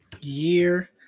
year